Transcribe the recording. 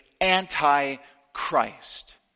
anti-Christ